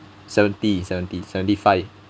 seventy seventy seventy five